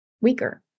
weaker